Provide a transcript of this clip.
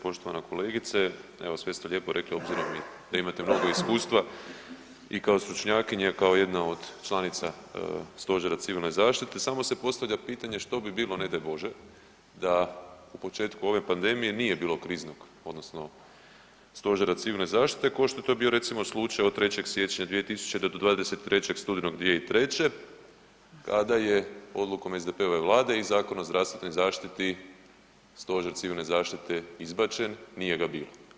Poštovana kolegice, evo sve ste lijepo rekli obzirom i da imate mnogo iskustva i kao stručnjakinja i kao jedna od članica Stožera civilne zaštite samo se postavlja pitanje što bi bilo ne daj Bože da u početku ove pandemije nije bilo kriznog odnosno Stožera civilne zaštite ko što je to bio recimo slučaj od 3. siječnja 2000. da do 23. studenog 2003., kada je odlukom SDP-ove vlade i Zakon o zdravstvenoj zaštiti stožer civilne zaštite izbačen, nije ga bilo.